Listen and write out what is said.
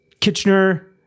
Kitchener